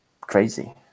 crazy